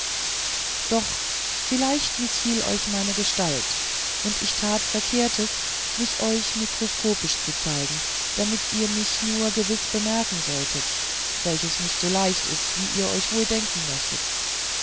doch vielleicht mißfiel euch meine gestalt und ich tat verkehrtes mich euch mikroskopisch zu zeigen damit ihr mich nur gewiß bemerken solltet welches nicht so leicht ist als ihr wohl denken möchtet